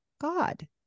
God